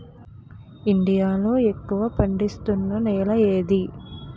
India లో ఎక్కువ పండిస్తున్నా నేల ఏది?